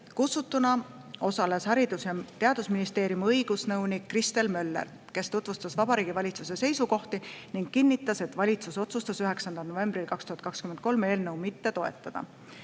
[istungil] Haridus- ja Teadusministeeriumi õigusnõunik Kristel Möller, kes tutvustas Vabariigi Valitsuse seisukohti ning kinnitas, et valitsus otsustas 9. novembril 2023 eelnõu mitte toetada. Evelin